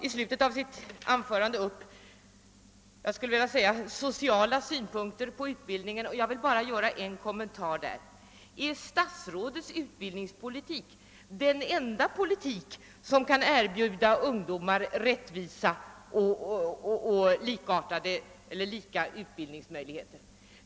I slutet av sitt anförande tog utbildningsministern upp sociala synpunkter på utbildningen, och jag vill bara göra en kommentar därtill: Är statsrådets utbildningspolitik den enda politik som kan erbjuda ungdomar rättvisa och lika utbildningsmöjligheter?